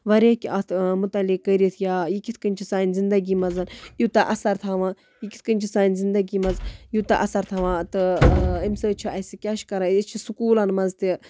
واریاہ کیٚنٛہہ اَتھ مُتعلِق کرِتھ یا یہِ کِتھ کٔنۍ چھُ سانہِ زِندگی منٛز یوٗتاہ اَثر تھاوان یہِ کِتھ کٔنۍ چھُ سانہِ زِندگی منٛز یوٗتاہ اَثر تھاوان تہٕ اَمہِ سۭتۍ چھُ اَسہِ کیاہ چھُ کران أسۍ چھِ سکوٗلَن منٛز تہِ